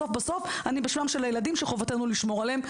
בסוף-בסוף אני בשמם של הילדים שחובתנו לשמור עליהם.